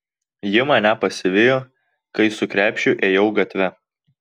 ji mane pasivijo kai su krepšiu ėjau gatve